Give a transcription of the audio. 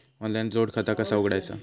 Online जोड खाता कसा उघडायचा?